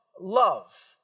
love